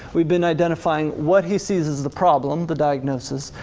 we've been identifying what he sees as the problem, the diagnosis,